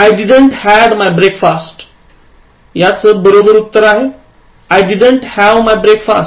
I didn't had my breakfast याच बरोबर उत्तर आहे I didn't have my breakfast